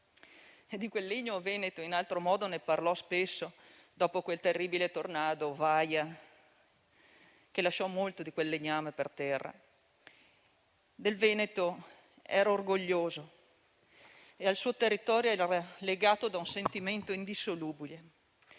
e di quel legno veneto in altro modo ne parlò spesso dopo il terribile tornado Vaia che lasciò molto di quel legname per terra. Del Veneto era orgoglioso e al suo territorio era legato da un sentimento indissolubile.